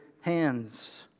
hands